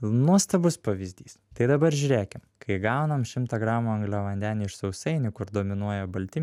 nuostabus pavyzdys tai dabar žiūrėkim kai gaunam šimtą gramų angliavandenių iš sausainių kur dominuoja balti